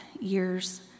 years